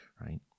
right